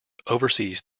oversees